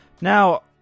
now